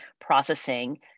processing